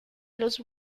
luz